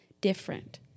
different